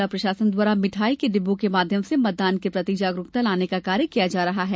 ज़िला प्रशासन द्वारा मिठाई के डिब्बों के माध्यम से मतदान के प्रति जागरूकता लाने का कार्य किया जा रहा है